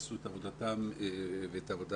חזקה עליהם שיעשו את עבודתם ואת העבודה